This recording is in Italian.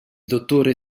dottore